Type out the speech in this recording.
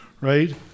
right